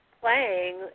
playing